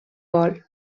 gol